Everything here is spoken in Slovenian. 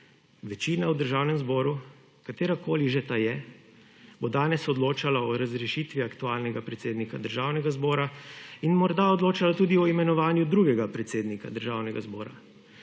Večina v Državnem zboru, katera koli že ta je, bo danes odločala o razrešitvi aktualnega predsednika Državnega zbora in morda odločala tudi o imenovanju drugega predsednika Državnega zbora.